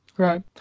Right